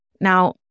Now